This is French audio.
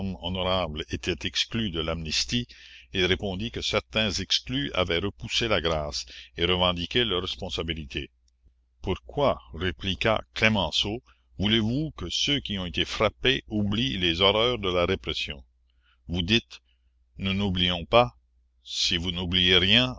honorables étaient exclus de l'amnistie il répondit que certains exclus avaient repoussé la grâce et revendiqué leur responsabilité pourquoi répliqua clémenceau voulez-vous que ceux qui ont été frappés oublient les horreurs de la répression vous dites nous n'oublions pas si vous n'oubliez rien